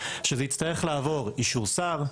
שזה יצטרך לעבור אישור שר,